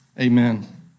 amen